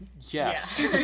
Yes